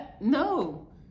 No